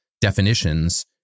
definitions